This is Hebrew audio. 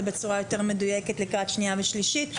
בצורה יותר מדויקת לקראת שנייה ושלישית.